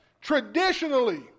traditionally